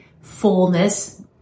fullness